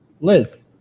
Liz